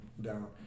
down